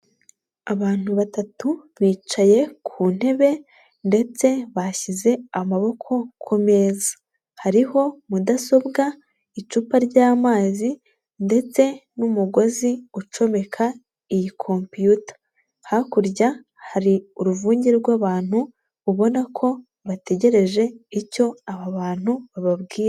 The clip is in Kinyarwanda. Abantu batatu bicaye ku ntebe ndetse bashyize amaboko ku meza, hariho mudasobwa, icupa ry'amazi ndetse n'umugozi ucomeka iyi computer, hakurya hari uruvunge rw'abantu ubona ko bategereje icyo aba bantu bababwira.